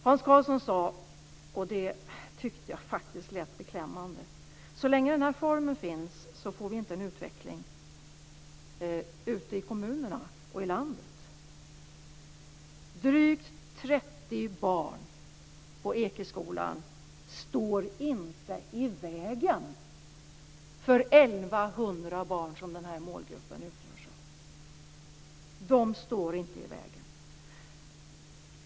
Hans Karlsson sade, och det tyckte jag lät beklämmande, att så länge den här formen finns får vi inte en utveckling ute i kommunerna och i landet. Drygt 30 barn på Ekeskolan står inte i vägen för de 1 100 barn som den här målgruppen utgörs av. De står inte i vägen.